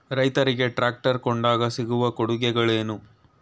ರೈತರಿಗೆ ಟ್ರಾಕ್ಟರ್ ಕೊಂಡಾಗ ಸಿಗುವ ಕೊಡುಗೆಗಳೇನು?